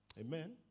Amen